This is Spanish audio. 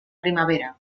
primavera